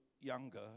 younger